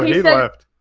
he left.